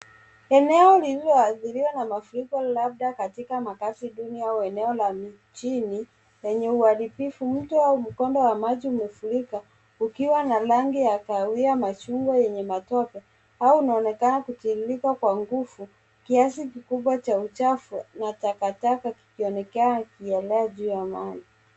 Eneo lililoathiriwa na mafuriko labda katika makazi duni au eneo la mijini lenye uharibifu mto au mkondo umefurika ukiwa na rangi kahawia machungwa yenye matope au unaonekana kutiririka kwa nguvu kiasi kikubwa cha uchafu na takataka kikionekana kikielea juu ya maji.